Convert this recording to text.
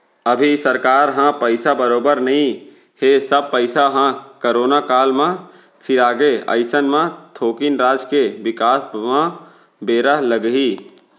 अभी सरकार ह पइसा बरोबर नइ हे सब पइसा ह करोना काल म सिरागे अइसन म थोकिन राज के बिकास म बेरा लगही